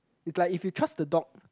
is like if you trust the dog